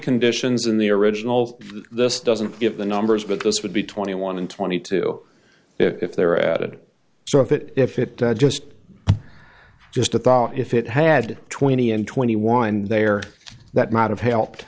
conditions in the originals this doesn't give the numbers but this would be twenty one and twenty two if they were added so if it if it just just a thought if it had twenty and twenty one there that might have helped